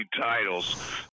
titles